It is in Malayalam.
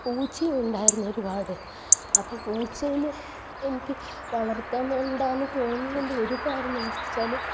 പൂച്ചയുണ്ടായിരുന്നു ഒരുപാട് അപ്പോൾ പൂച്ചെനെ എനിക്ക് വളർത്താൻ വേണ്ട എന്ന് തോന്നിയത്തിൻ്റെ ഒരു കാരണം എന്താ വെച്ചാൽ